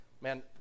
Man